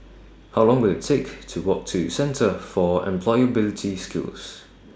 How Long Will IT Take to Walk to Centre For Employability Skills